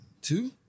Two